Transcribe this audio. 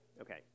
Okay